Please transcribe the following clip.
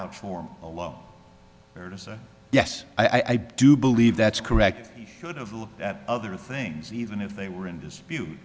out form a law yes i do believe that's correct should of looked at other things even if they were in dispute